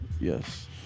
Yes